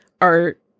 art